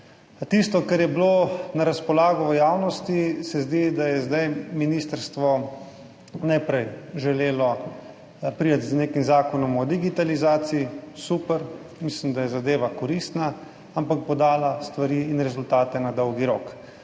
tisto, kar je bilo na razpolago v javnosti, se zdi, da je zdaj ministrstvo najprej želelo priti z nekim zakonom o digitalizaciji. Super, mislim, da je zadeva koristna, ampak bo dala stvari in rezultate na dolgi rok.